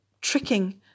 tricking